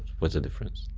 what's the difference?